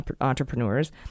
entrepreneurs